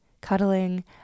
cuddling